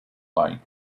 light